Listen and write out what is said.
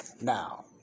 Now